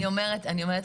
אני אומרת,